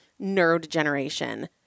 neurodegeneration